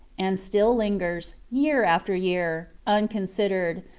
and still lingers, year after year, unconsidered,